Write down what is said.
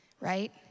right